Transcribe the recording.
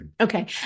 okay